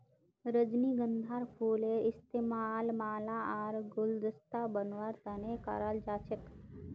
रजनीगंधार फूलेर इस्तमाल माला आर गुलदस्ता बनव्वार तने कराल जा छेक